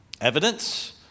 Evidence